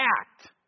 act